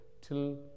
till